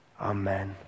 Amen